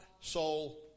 soul